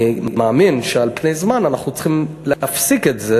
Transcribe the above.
אני מאמין שעל פני זמן אנחנו צריכים להפסיק את זה